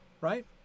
right